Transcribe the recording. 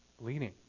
bleeding